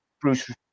Bruce